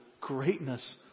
greatness